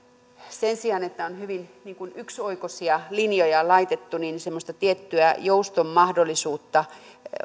sen sijaan että on hyvin yksioikoisia linjoja laitettu olisi semmoista tiettyä jouston mahdollisuutta